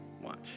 Watch